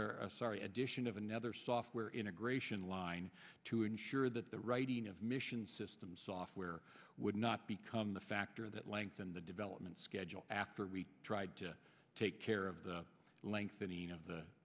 a sorry addition of another software integration line to ensure that the writing of mission systems software would not become the factor that lengthen the development schedule after we tried to take care of the lengthening of the